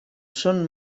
són